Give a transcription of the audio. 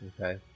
Okay